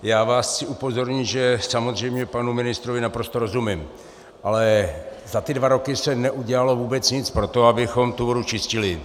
Já vás chci upozornit, že samozřejmě panu ministrovi naprosto rozumím, ale za ty dva roky se neudělalo vůbec nic pro to, abychom tu vodu čistili.